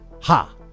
Ha